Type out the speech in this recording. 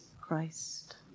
Christ